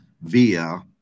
via